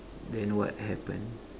then what happened